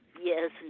Yes